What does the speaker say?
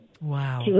Wow